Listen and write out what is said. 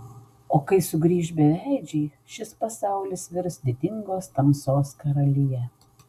o kai sugrįš beveidžiai šis pasaulis virs didingos tamsos karalija